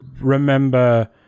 remember